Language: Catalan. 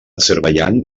azerbaidjan